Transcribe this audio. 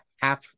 half